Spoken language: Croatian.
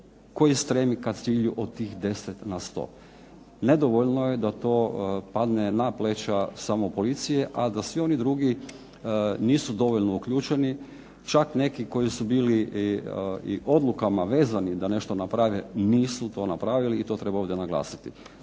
koji stremi ka cilju od tih deset na sto. Nedovoljno je da to padne na pleća samo policije, a da svi oni drugi nisu dovoljno uključeni. Čak neki koji su bili i odlukama vezani da nešto naprave i nisu to napravili i to treba ovdje naglasiti.